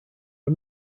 are